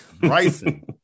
Bryson